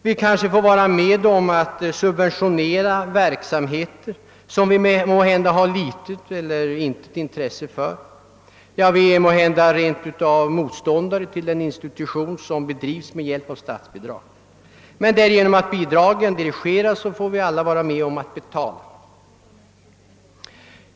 Vi får medverka till att subventionera verksamheter som vi måhända har litet eller intet intresse för — ja, vi är kanske rent av motståndare till den institution som får statsbidrag. Men genom att bidragen utgår på detta sätt får vi ändå alla vara med om att betala.